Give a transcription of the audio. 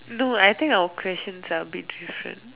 no I think our questions are a bit different